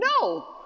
no